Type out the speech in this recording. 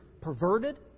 perverted